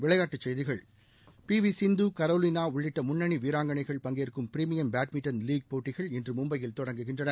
விளையாட்டுச் செய்திகள் P V Sindhu Carolina உள்ளிட்ட முன்னணி வீராங்கனைகள் பங்கேற்கும் பிரிமியம் பேட்மிண்ட்டன் லீக் போட்டிகள் இன்று மும்பையில் தொடங்குகின்றன